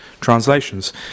translations